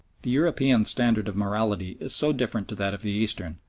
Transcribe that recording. the european's standard of morality is so different to that of the eastern,